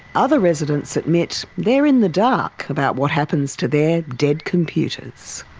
other residents admit they're in the dark about what happens to their dead computers.